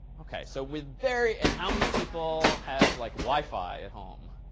ok so with very and how many people have like wi-fi at home?